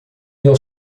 meu